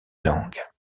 langues